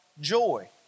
joy